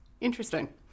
Interesting